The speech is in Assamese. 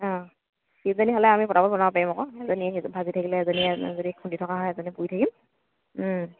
অঁ তিনিজনী হ'লে আমি পটাপট বনাব পাৰিম আকৌ এজনীয়ে ভাজি থাকিলে এজনীয়ে যদি খুন্দি থকা হয় এজনীয়ে পুৰি থাকিম